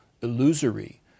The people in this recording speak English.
illusory